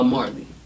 Marley